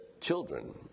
children